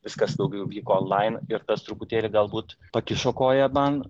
viskas daugiau vyko onlain ir tas truputėlį galbūt pakišo koją man